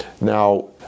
Now